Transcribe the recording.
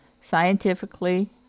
scientifically